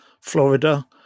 Florida